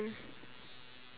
what